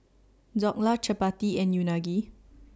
Dhokla Chapati and Unagi